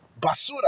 basura